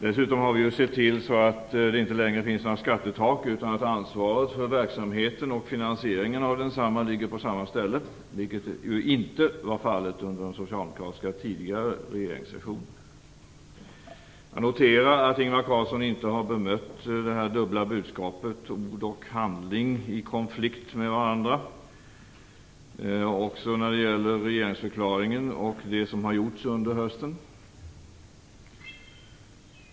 Dessutom har vi sett till att det inte längre finns några skattetak utan att ansvaret för verksamheten och finansieringen av densamma ligger på samma ställe, vilket ju inte var fallet under de tidigare socialdemokratiska regeringssejourerna. Jag noterar att Ingvar Carlsson inte har bemött frågan om det dubbla budskapet, ord och handling i konflikt med varandra. Det gäller också regeringsförklaringen och det som har gjorts under hösten.